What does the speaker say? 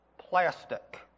Plastic